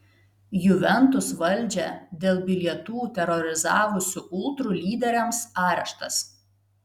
juventus valdžią dėl bilietų terorizavusių ultrų lyderiams areštas